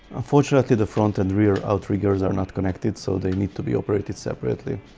unfortunately the front and rear outriggers are not connected so they need to be operated separately,